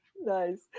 Nice